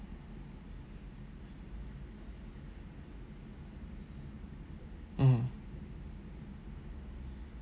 mm